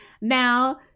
Now